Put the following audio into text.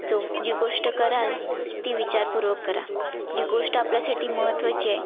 so जी गोष्ट कराल ती विचारपूर्वक करा जी गोष्ट आपल्यासाठी महत्त्वाची आहे